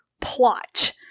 plot